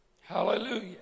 Hallelujah